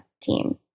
team